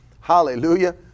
Hallelujah